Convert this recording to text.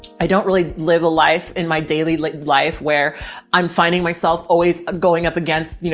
i don't really live a life in my daily like life where i'm finding myself always going up against, you